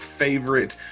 favorite